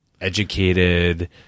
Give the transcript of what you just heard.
educated